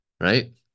Right